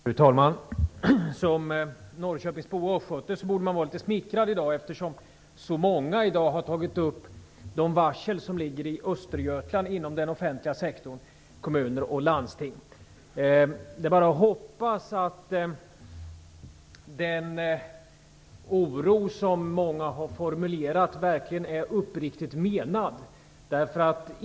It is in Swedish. Fru talman! Som norrköpingsbo och östgöte borde man vara litet smickrad i dag, eftersom så många har tagit upp de varsel som ligger inom den offentliga sektorn, i kommuner och landsting, i Östergötland. Det är bara att hoppas att den oro som många har formulerat verkligen är uppriktigt menad.